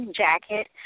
jacket